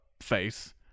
face